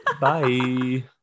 Bye